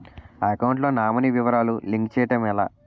Account లో nominee వివరాలు link చేయటం ఎలా?